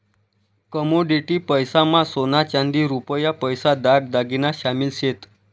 commodity पैसा मा सोना चांदी रुपया पैसा दाग दागिना शामिल शेत